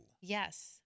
Yes